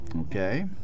Okay